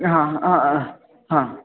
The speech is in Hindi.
हाँ हाँ